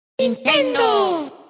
Nintendo